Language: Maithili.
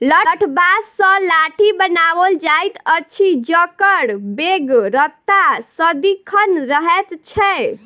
लठबाँस सॅ लाठी बनाओल जाइत अछि जकर बेगरता सदिखन रहैत छै